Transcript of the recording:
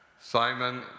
Simon